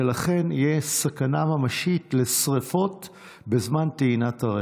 ולכן תהיה סכנה ממשית לשרפות בזמן טעינת הרכב.